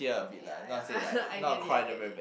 ya ya I get it I get it